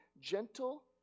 gentle